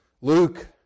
Luke